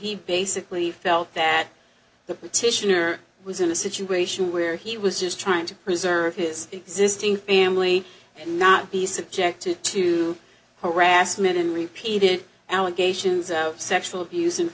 he basically felt that the petitioner was in a situation where he was just trying to preserve his existing family and not be subjected to harassment and repeated allegations out sexual abuse and